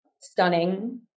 stunning